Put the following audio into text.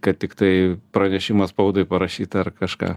kad tiktai pranešimą spaudai parašyt ar kažką